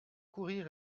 courir